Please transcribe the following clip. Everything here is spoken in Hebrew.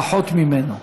פחות ממנו.